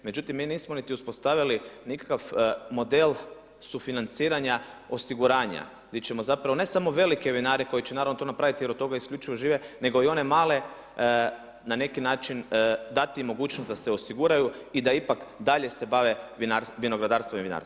Međutim, mi nismo ni uspostavili nikakva model sufinanciranja osiguranja, gdje ćemo ne samo velike vinare, koji će naravno to napraviti jer od toga isključivo žive, nego i one male na neki način dati im mogućnost da se osiguraju i da ipak dalje se bave vinogradarstvom i vinarstvom.